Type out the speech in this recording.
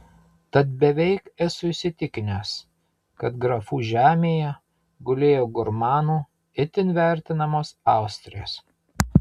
tad beveik esu įsitikinęs kad grafų žemėje gulėjo gurmanų itin vertinamos austrės